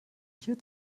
hier